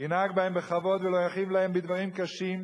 ינהג בהם בכבוד ולא יכאיב להם בדברים קשים,